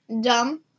Dumb